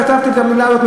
כתבתי את המילה הזאת,